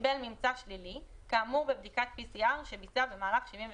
קיבל ממצא שלילי כאמור בבדיקת PCR שביצע במהלך 72